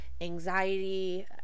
anxiety